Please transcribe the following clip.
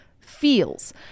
feels